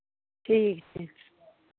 ठीक छै